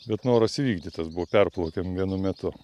bet noras įvykdytas buvo perplaukėm vienu metu